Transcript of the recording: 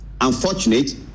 unfortunate